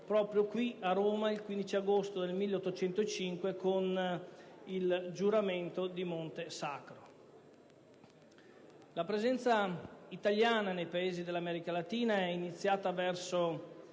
proprio qui a Roma il 15 agosto 1805 con il giuramento di Monte Sacro. La presenza italiana nei Paesi dell'America latina, iniziata verso